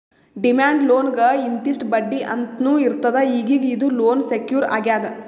demand ಲೋನ್ಗ್ ಇಂತಿಷ್ಟ್ ಬಡ್ಡಿ ಅಂತ್ನೂ ಇರ್ತದ್ ಈಗೀಗ ಇದು ಲೋನ್ ಸೆಕ್ಯೂರ್ ಆಗ್ಯಾದ್